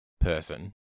person